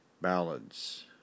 ballads